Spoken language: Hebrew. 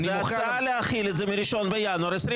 זה הצעה להחיל את זה מ-1 בינואר 24',